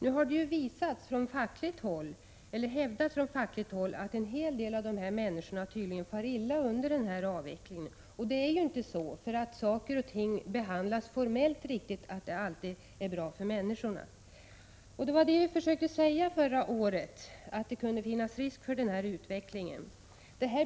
Nu har det hävdats från fackligt håll att en hel del av dessa människor tydligen far illa till följd av den här avvecklingen. Det är ju inte så att det alltid är bra för människorna bara därför att saker och ting behandlas formellt riktigt. Redan förra året försökte vi säga att det kunde finnas risk för den här utvecklingen.